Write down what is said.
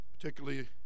particularly